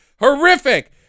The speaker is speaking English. horrific